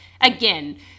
again